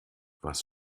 was